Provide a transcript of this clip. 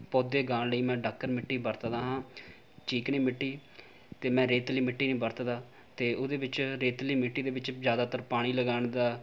ਪੌਦੇ ਉਗਾਉਣ ਲਈ ਮੈਂ ਡਾਕਰ ਮਿੱਟੀ ਵਰਤਦਾ ਹਾਂ ਚੀਕਣੀ ਮਿੱਟੀ ਅਤੇ ਮੈਂ ਰੇਤਲੀ ਮਿੱਟੀ ਨਹੀਂ ਵਰਤਦਾ ਅਤੇ ਉਹਦੇ ਵਿੱਚ ਰੇਤਲੀ ਮਿੱਟੀ ਦੇ ਵਿੱਚ ਜ਼ਿਆਦਾਤਰ ਪਾਣੀ ਲਗਾਉਣ ਦਾ